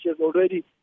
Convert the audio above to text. already